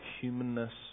humanness